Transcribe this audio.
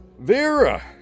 Vera